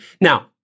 Now